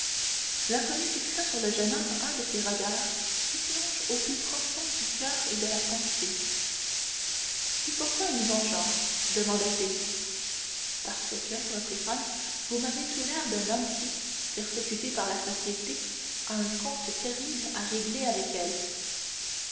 l'inconnu fixa sur le jeune homme un de ces regards qui plongent au plus profond du coeur et de la pensée et pourquoi une vengeance demanda-t-il parce que reprit franz vous m'avez tout l'air d'un homme qui persécuté par la société a un compte terrible à régler avec elle